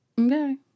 Okay